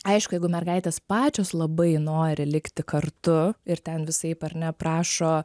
aišku jeigu mergaitės pačios labai nori likti kartu ir ten visaip ar ne prašo